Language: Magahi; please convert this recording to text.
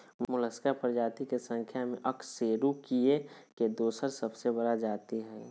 मोलस्का प्रजाति के संख्या में अकशेरूकीय के दोसर सबसे बड़ा जाति हइ